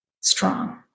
strong